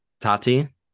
Tati